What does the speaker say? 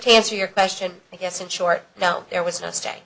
answer your question i guess in short no there was no stay